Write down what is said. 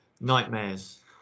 nightmares